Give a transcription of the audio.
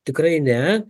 tikrai ne